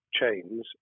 chains